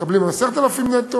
מקבלים 10,000 נטו,